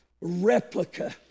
replica